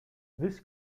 this